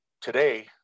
Today